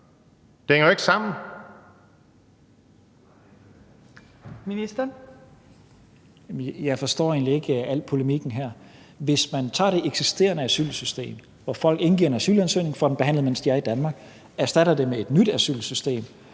(Mattias Tesfaye): Jeg forstår egentlig ikke al den her polemik. Hvis man tager det eksisterende asylsystem, hvor folk indgiver en asylsansøgning, får den behandlet, mens de er i Danmark, og erstatter det med et nyt asylsystem,